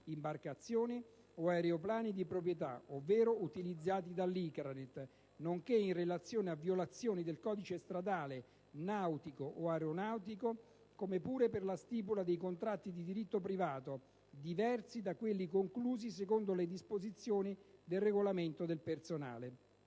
imbarcazioni o aeroplani di proprietà, ovvero utilizzati dall'ICRANET, nonché in relazione a violazioni del codice stradale, nautico o aeronautico, come pure per la stipula dei contratti di diritto privato, diversi da quelli conclusi secondo le disposizioni del regolamento del personale.